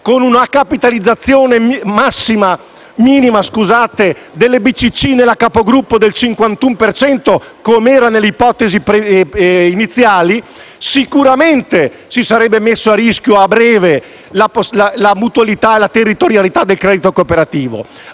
con una capitalizzazione minima delle BCC nella capogruppo del 51 per cento, come era nelle ipotesi iniziali, sicuramente si sarebbero messe a rischio a breve la mutualità e la territorialità del credito cooperativo.